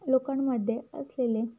लोकांमध्ये असलेले